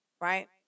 Right